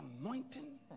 anointing